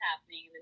happening